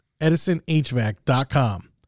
edisonhvac.com